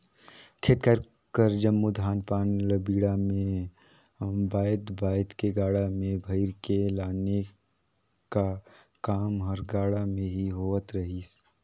खेत खाएर कर जम्मो धान पान ल बीड़ा मे बाएध बाएध के गाड़ा मे भइर के लाने का काम हर गाड़ा मे ही होवत रहिस